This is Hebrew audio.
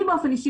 אני באופן אישי,